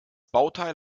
bauteil